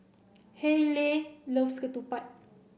Hayleigh loves Ketupat